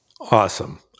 Awesome